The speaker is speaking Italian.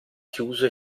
chiuso